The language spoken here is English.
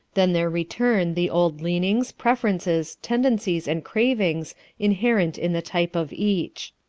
then there return the old leanings, preferences, tendencies and cravings inherent in the type of each.